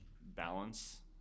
balance